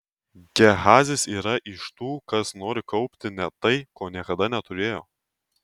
gehazis yra iš tų kas nori kaupti net tai ko niekada neturėjo